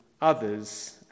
others